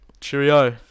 Cheerio